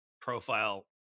profile